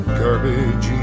garbage